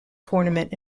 tournament